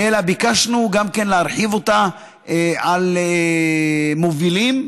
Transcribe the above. אלא ביקשנו להחיל אותה על מובילים.